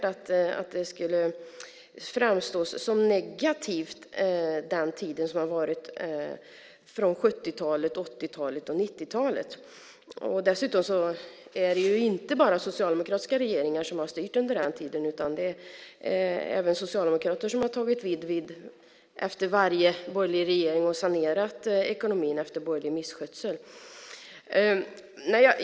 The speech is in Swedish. Då är det förvånansvärt att den tid som har varit från 70-, 80 och 90-talen skulle framstå som negativ. Dessutom är det inte bara socialdemokratiska regeringar som har styrt under den tiden, utan socialdemokrater har även tagit vid efter varje borgerlig regering och sanerat ekonomin efter borgerlig misskötsel.